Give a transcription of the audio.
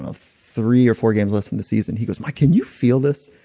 ah three or four games left in the season. he goes, mike can you feel this?